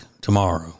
tomorrow